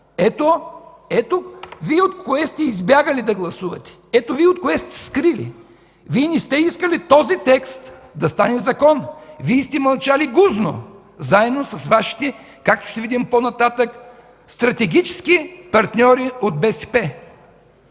Ето Вие от кое сте избягали да гласувате, ето Вие от кое сте се скрили! Вие не сте искали този текст да стане закон, Вие сте мълчали гузно заедно с Вашите, както ще видим по-нататък, стратегически партньори от БСП!